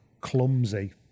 clumsy